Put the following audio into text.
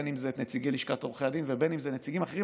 בין שזה נציגי לשכת עורכי הדין ובין שזה נציגים אחרים,